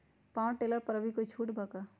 Power tiller पर अभी कोई छुट बा का?